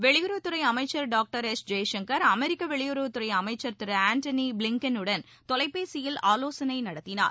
வெளியுறவுத் துறைஅமைச்சர் டாக்டர் எஸ்ஜெய்சங்கர் அமெரிக்கவெளியுறவுத்துறைஅமைச்சர் திரு ஆண்டனிபிளிங்கெனுடன் தொலைபேசியில் ஆலோசனைநடத்தினார்